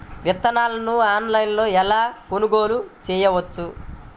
విత్తనాలను ఆన్లైనులో ఎలా కొనుగోలు చేయవచ్చు?